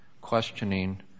questioning